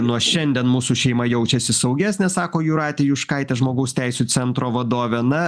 nuo šiandien mūsų šeima jaučiasi saugesnė sako jūratė juškaitė žmogaus teisių centro vadovė na